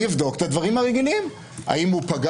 אני אבדוק את הדברים הרגילים: האם הוא פגע